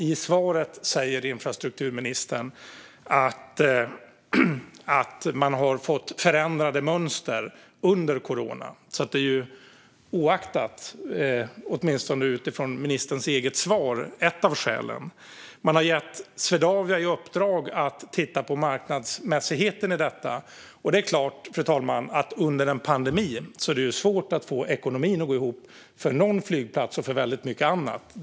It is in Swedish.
I svaret säger han dock att vi har fått förändrade mönster under corona, så åtminstone utifrån ministerns eget svar är det ändå ett av skälen. Man har gett Swedavia i uppdrag att titta på marknadsmässigheten i detta, och det är klart, fru talman, att under en pandemi är det svårt att få ekonomin att gå ihop både för en flygplats och för väldigt mycket annat.